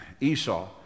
Esau